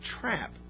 trap